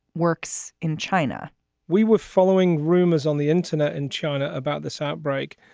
works in china we were following rumors on the internet in china about this outbreak.